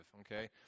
Okay